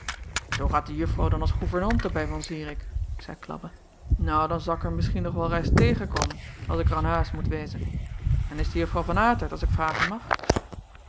oo gaat de uffrouw dan als gouwvernante bij an irik zeî labbe nou dan za k er misschien nog wel reis teugenkommen as ik er an huis mot wezen n is de uffrouw van itert as ik vragen mag